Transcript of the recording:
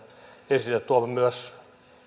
esille tuomasta myös